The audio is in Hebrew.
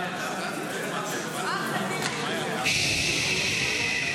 2024, אושרה